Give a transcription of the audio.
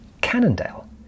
Cannondale